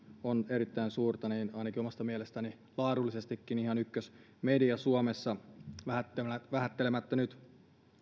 on erittäin suurta niin se on ainakin omasta mielestäni laadullisestikin ihan ykkösmedia suomessa vähättelemättä vähättelemättä nyt